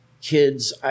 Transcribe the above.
kids